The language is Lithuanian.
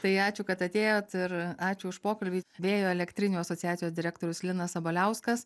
tai ačiū kad atėjot ir ačiū už pokalbį vėjo elektrinių asociacijos direktorius linas sabaliauskas